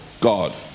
God